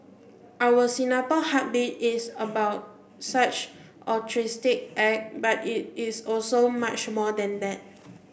our Singapore Heartbeat is about such altruistic acts but it is also much more than that